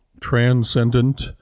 transcendent